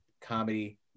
comedy